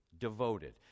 Devoted